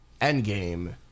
Endgame